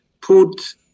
put